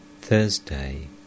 Thursday